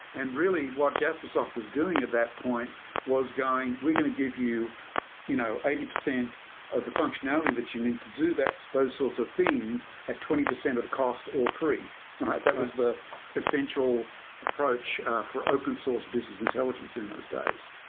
and really what jaspersoft was doing at that point was going, we're going to give you you know eighty percent of the functionality that you need to do, those sorts of things, at twenty percent of the cost or free that was the essential approach for open source business intelligence in those days.